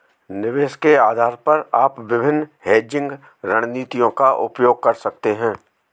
निवेश के आधार पर आप विभिन्न हेजिंग रणनीतियों का उपयोग कर सकते हैं